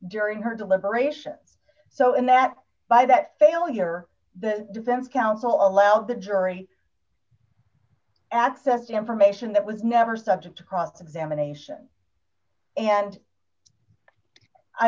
during her deliberations so and that by that failure the defense counsel allowed the jury access to information that was never subject to cross examination and i